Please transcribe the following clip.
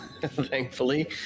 thankfully